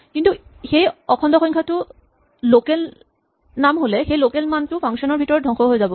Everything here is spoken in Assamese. কিন্তু সেই অখণ্ড সংখ্যাটো লোকেল নাম হ'লে সেই লোকেল মানটো ফাংচন ৰ ভিতৰত ধংস হৈ যাব